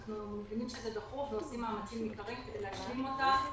מבינים שזה דחוף ועושים מאמצים ניכרים כדי להשלים אותה.